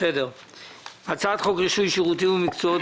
בהצעת חוק רישוי שירותים ומקצועות